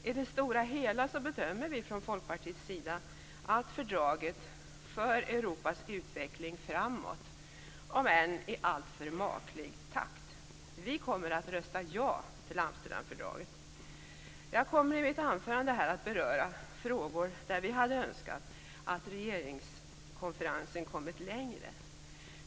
I det stora hela bedömer vi från Folkpartiets sida att fördraget för Europas utveckling framåt, om än i alltför maklig takt. Vi kommer att rösta ja till Amsterdamfördraget. Jag kommer i mitt anförande att beröra frågor där vi hade önskat att regeringskonferensen hade kommit längre.